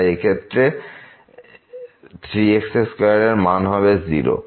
তাই এই ক্ষেত্রে 3 x2 এরমান হবে 0